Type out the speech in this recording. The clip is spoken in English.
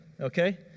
okay